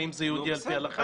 האם זה יהודי על פי הלכה,